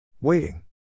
Waiting